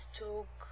took